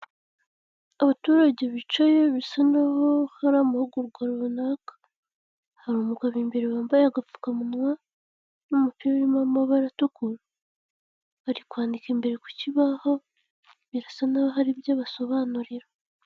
Abaturage bicaye bisa n'aho hari amahugurwa runaka, hari umugabo imbere wambaye agapfukamunwa n'umupira urimo amabara atukura, ari kwandika imbere ku kibaho, birasa n'aho hari ibyo abasobanurira.